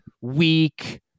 weak